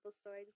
Story